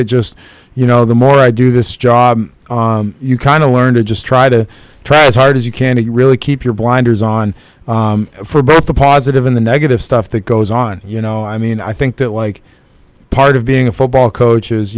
that just you know the more i do this job you kind of learn to just try to track as hard as you can to really keep your blinders on for both the positive in the negative stuff that goes on you know i mean i think that like part of being a football coach